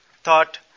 thought